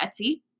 Etsy